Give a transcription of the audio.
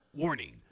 Warning